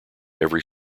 every